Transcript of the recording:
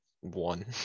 one